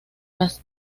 las